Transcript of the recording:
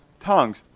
Tongues